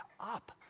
up